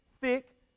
thick